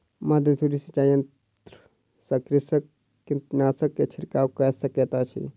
मध्य धूरी सिचाई यंत्र सॅ कृषक कीटनाशक के छिड़काव कय सकैत अछि